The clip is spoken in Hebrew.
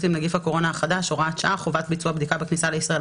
עם נגיף הקורונה החדש (הוראת שעה) (חובת ביצוע בדיקה בכניסה לישראל),